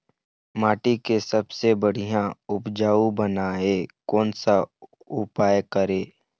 माटी के सबसे बढ़िया उपजाऊ बनाए कोन सा उपाय करें?